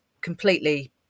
completely